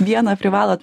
vieną privalot